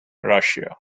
russia